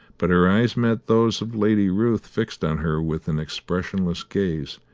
but her eyes met those of lady ruth fixed on her with an expressionless gaze,